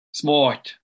smart